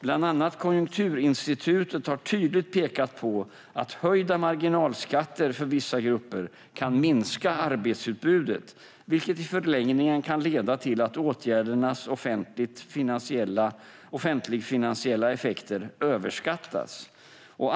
Bland annat Konjunkturinstitutet har tydligt pekat på att höjda marginalskatter för vissa grupper kan minska arbetsutbudet, vilket i förlängningen kan leda till att åtgärdernas offentligfinansiella effekter överskattas.